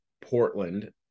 Portland